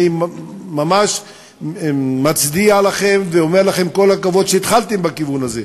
אני ממש מצדיע לכם ואומר לכם: כל הכבוד שהתחלתם בכיוון הזה,